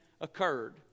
occurred